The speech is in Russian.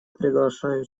приглашаю